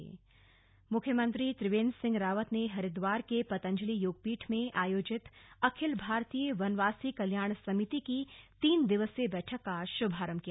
CM Haridwar दौरा मुख्यमंत्री त्रिवेन्द्र सिंह रावत ने हरिद्वार के पतंजलि योगपीठ में आयोजित अखिल भारतीय वनवासी कल्याण समिति की तीन दिवसीय बैठक का श्भारंभ किया